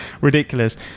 ridiculous